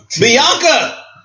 Bianca